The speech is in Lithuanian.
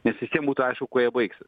nes visiem būtų aišku kuo jie baigsis